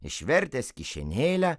išvertęs kišenėlę